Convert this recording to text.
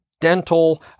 dental